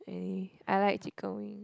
eh I like chicken wing